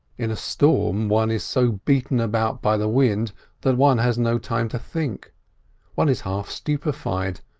in a storm one is so beaten about by the wind that one has no time to think one is half stupefied.